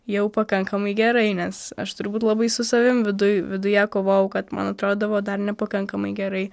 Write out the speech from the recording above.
jau pakankamai gerai nes aš turbūt labai su savim viduj viduje kovojau kad man atrodydavo dar nepakankamai gerai